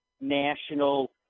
national